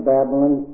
Babylon